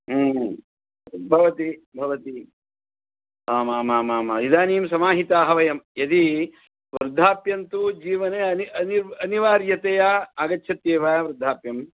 भवति भवति आमामामाम् इदानीं समाहिताः वयं यदि वृद्धाप्यं तु जीवने अनि अनिर् अनिवार्यतया आगच्छत्येव वृद्धाप्यम्